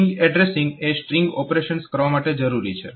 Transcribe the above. તો string addressing એ string operations કરવા માટે જરૂરી છે